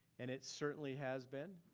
and it certainly has been,